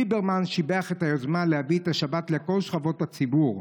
ליברמן שיבח את היוזמה להביא את השבת לכל שכבות הציבור.